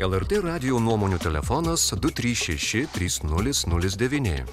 lrt radijo nuomonių telefonas du trys šeši trys nulis nulis devyni